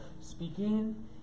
speaking